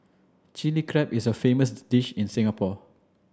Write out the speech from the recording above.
Chilli Crab is a famous dish in Singapore